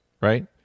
right